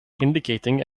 indicating